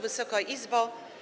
Wysoka Izbo!